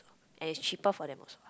and it's cheaper for them also